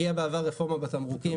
הגיעה בעבר רפורמה בתמרוקים,